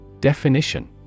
Definition